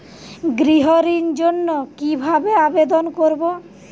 গৃহ ঋণ জন্য কি ভাবে আবেদন করব?